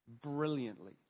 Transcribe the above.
brilliantly